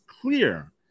clear